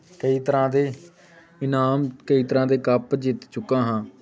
ਕਈ ਤਰ੍ਹਾਂ ਦੇ ਇਨਾਮ ਕਈ ਤਰ੍ਹਾਂ ਦੇ ਕੱਪ ਜਿੱਤ ਚੁੱਕਾ ਹਾਂ